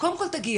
קודם כל תגיע,